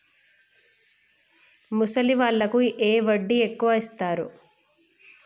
ముసలి వాళ్ళకు ఏ వడ్డీ ఎక్కువ ఇస్తారు?